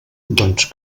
doncs